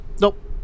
Nope